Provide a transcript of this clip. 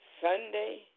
Sunday